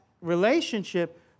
relationship